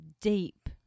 Deep